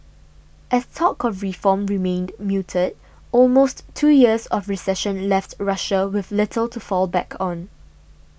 as talk of reform remained muted almost two years of recession left Russia with little to fall back on